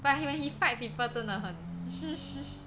but he when he fight people 真的很是